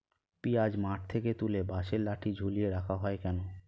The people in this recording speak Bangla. পিঁয়াজ মাঠ থেকে তুলে বাঁশের লাঠি ঝুলিয়ে রাখা হয় কেন?